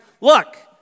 look